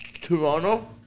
Toronto